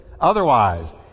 Otherwise